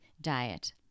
diet